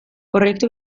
proiektu